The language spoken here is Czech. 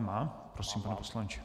Má. Prosím, pane poslanče.